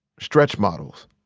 stretch models.